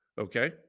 Okay